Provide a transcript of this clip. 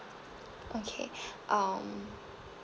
okay um